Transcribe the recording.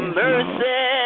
mercy